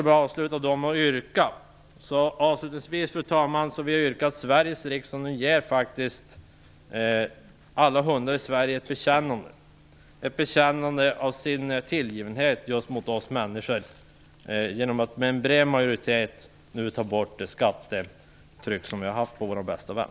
Avslutningsvis, fru talman, yrkar jag att Sveriges riksdag ger alla hundar i Sverige ett erkännande för deras tillgivenhet gentemot oss människor genom att med en bred majoritet ta bort det skattetryck som vi haft på människans bäste vän.